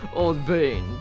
old bean.